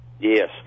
yes